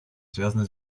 связана